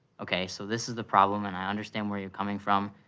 okay, so this is the problem and i understand where you're coming from.